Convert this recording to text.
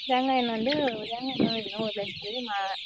தேங்காய் எண்ணெ வந்து தேங்காய் எண்ணெயும் வேணும் ஒரு லிட்ரு மா